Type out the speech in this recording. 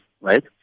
right